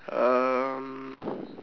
um